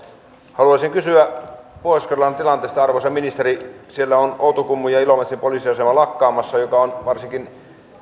haluaisin kysyä pohjois karjalan tilanteesta arvoisa ministeri siellä on outokummun ja ilomantsin poliisiasemat lakkaamassa mikä on varsinkin